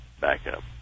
backup